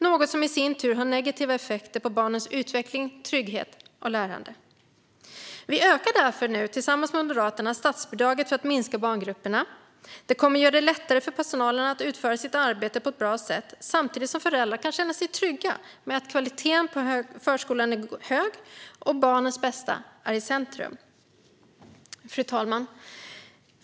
Det får i sin tur negativa effekter på barnens utveckling, trygghet och lärande. Tillsammans med Moderaterna ökar vi därför statsbidraget för att minska barngrupperna. Det kommer att göra det lättare för personalen att utföra sitt arbete på ett bra sätt samtidigt som föräldrar kan känna sig trygga med att kvaliteten på förskolan är hög och att barnens bästa är i centrum. Fru talman!